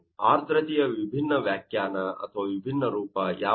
ಆರ್ದ್ರತೆಯ ವಿಭಿನ್ನ ವ್ಯಾಖ್ಯಾನ ಅಥವಾ ವಿಭಿನ್ನ ರೂಪ ಯಾವುದು